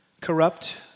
corrupt